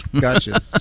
Gotcha